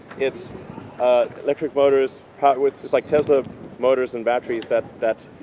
it's electric motors powered, it's like tesla motors and batteries that that